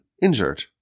injured